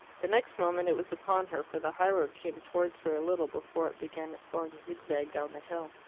the next moment it was upon her, for the highroad came towards her a little before it began its long zigzag down the hill.